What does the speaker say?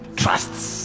trusts